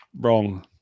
wrong